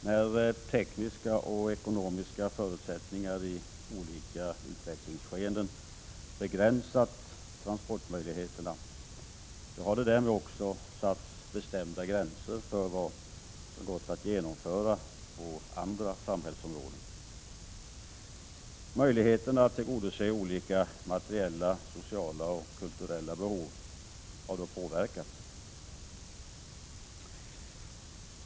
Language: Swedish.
När tekniska och ekonomiska förutsättningar i olika utvecklingsskeden begränsat transportmöjligheter har det därmed också satts bestämda gränser för vad som gått att genomföra på andra samhällsområden. Möjligheterna att tillgodose olika materiella, sociala och kulturella behov har då påverkats.